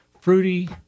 fruity